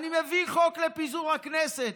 אני מביא חוק לפיזור הכנסת,